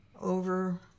Over